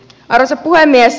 arvoisa puhemies